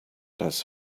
das